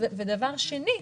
ודבר שני,